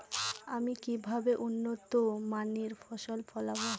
আমি কিভাবে উন্নত মানের ফসল ফলাবো?